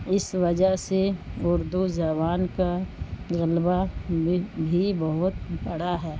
اس وجہ سے اردو زبان کا طلبہ بھی بھی بہت بڑا ہے